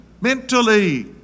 Mentally